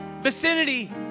vicinity